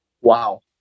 Wow